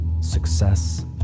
success